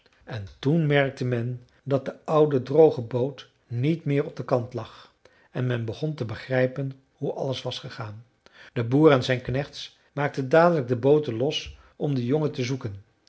en toen merkte men dat de oude droge boot niet meer op den kant lag en men begon te begrijpen hoe alles was gegaan de boer en zijn knechts maakten dadelijk de booten los om den jongen te zoeken